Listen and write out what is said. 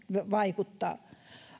vaikuttaa